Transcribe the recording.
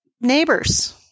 neighbors